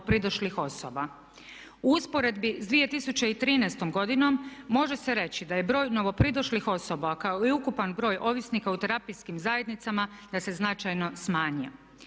novopridošlih osoba. U usporedbi sa 2013. godinom može se reći da je broj novopridošlih osoba kao i ukupan broj ovisnika u terapijskim zajednicama da se značajno smanjio.